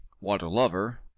water-lover